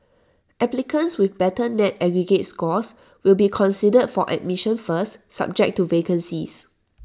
applicants with better net aggregate scores will be considered for admission first subject to vacancies